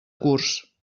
curs